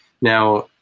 Now